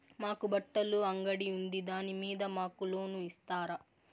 మాకు బట్టలు అంగడి ఉంది దాని మీద మాకు లోను ఇస్తారా